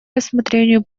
рассмотрению